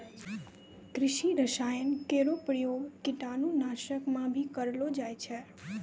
कृषि रसायन केरो प्रयोग कीटाणु नाशक म भी करलो जाय छै